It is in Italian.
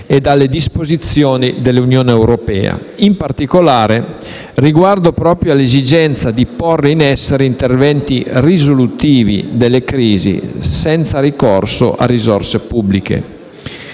e dalle disposizioni dell'Unione europea, in particolare con riguardo proprio all'esigenza di porre in essere interventi risolutivi delle crisi senza ricorso a risorse pubbliche.